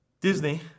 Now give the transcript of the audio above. Disney